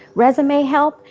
resume help,